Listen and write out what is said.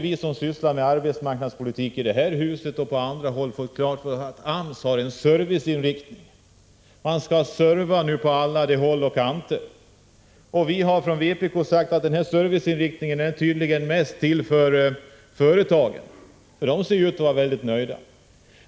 Vi som sysslar med arbetsmarknadspolitik i detta hus och på annat håll har fått klart för oss att AMS har en serviceinriktning — AMS skall serva på alla håll och kanter. Vpk har sagt att denna serviceinriktning tydligen är mest avsedd för företagen, därför att de verkar vara mycket nöjda.